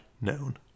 known